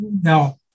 now